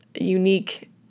unique